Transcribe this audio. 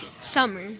summer